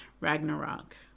Ragnarok